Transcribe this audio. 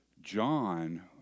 John